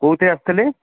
କେଉଁଥିରେ ଆସୁଥିଲେ